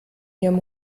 ihrem